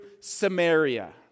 Samaria